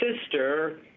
sister